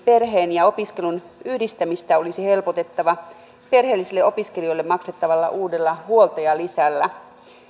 perheen ja opiskelun yhdistämistä olisi helpotettava perheellisille opiskelijoille maksettavalla uudella huoltajalisällä